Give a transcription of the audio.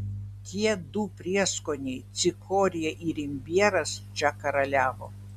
tie du prieskoniai cikorija ir imbieras čia karaliavo